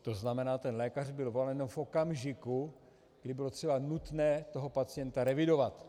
To znamená, ten lékař byl volán v okamžiku, kdy bylo třeba nutné toho pacienta revidovat.